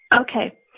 Okay